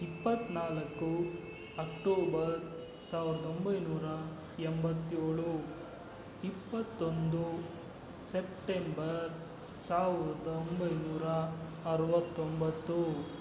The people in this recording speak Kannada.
ಇಪ್ಪತ್ತ್ನಾಲ್ಕು ಅಕ್ಟೋಬರ್ ಸಾವ್ರ್ದ ಒಂಬೈನೂರ ಎಂಬತ್ತೇಳು ಇಪ್ಪತ್ತೊಂದು ಸೆಪ್ಟೆಂಬರ್ ಸಾವ್ರ್ದ ಒಂಬೈನೂರ ಅರವತ್ತೊಂಬತ್ತು